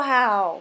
Wow